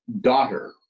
daughter